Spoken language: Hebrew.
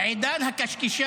עכשיו אני רוצה -- מה אתה רוצה?